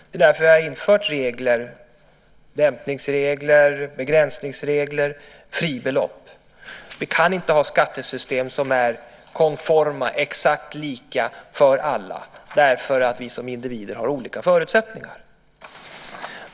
Det är därför vi har infört dämpningsregler, begränsningsregler och fribelopp. Vi kan inte ha skattesystem som är konforma, exakt lika för alla därför att vi som individer har olika förutsättningar.